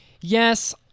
yes